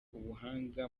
ubuhanga